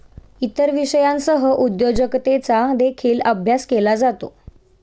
इतर विषयांसह उद्योजकतेचा देखील अभ्यास केला जातो